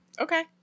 Okay